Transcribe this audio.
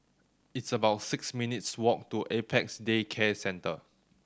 it's about six minutes' walk to Apex Day Care Centre